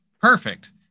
Perfect